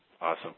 awesome